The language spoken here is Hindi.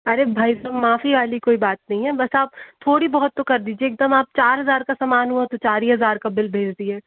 अरे भाई सब माफी वाली कोई बात नहीं है बस आप थोड़ी बोहोत तो कर दीजिए एकदम आप चार हज़ार का सामान हुआ तो चार ही हज़ार का बिल भेज दिए